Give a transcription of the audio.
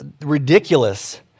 ridiculous